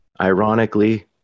ironically